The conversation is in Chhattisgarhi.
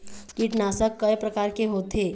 कीटनाशक कय प्रकार के होथे?